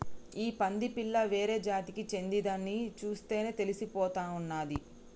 ఈ పంది పిల్ల వేరే జాతికి చెందిందని చూస్తేనే తెలిసిపోతా ఉన్నాది